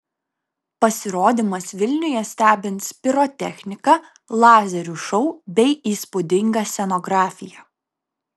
pasirodymas vilniuje stebins pirotechnika lazerių šou bei įspūdinga scenografija